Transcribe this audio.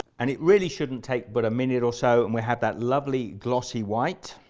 and it really shouldn't take but a minute or so and we have that lovely glossy white.